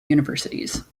universities